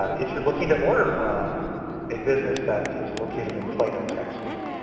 um if you're looking to order from a business that is located in plano, texas,